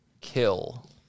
kill